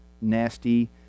nasty